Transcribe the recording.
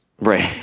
right